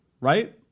right